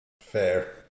fair